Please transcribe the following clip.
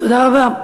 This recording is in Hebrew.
תודה רבה.